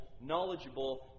knowledgeable